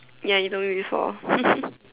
ya you told me before